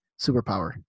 superpower